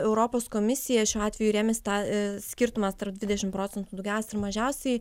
europos komisija šiuo atveju rėmėsi skirtumas tarp dvidešimt procentų daugiausiai mažiausiai